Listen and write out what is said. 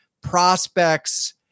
prospects